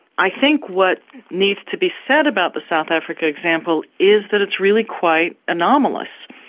i think what needs to be said about the south africa example is that it's really quite anomalous.